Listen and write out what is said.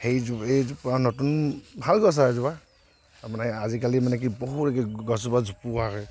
হেৰিজো সেইজোপা এইজোপা নতুন ভাল গছ আৰু এইজোপা তাৰমানে আজিকালি মানে কি বহু একে গছজোপাত জোপোহাকৈ